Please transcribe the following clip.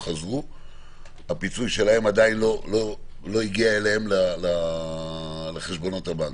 הפיצוי עדיין לא הגיע אליהם לחשבונות הבנק.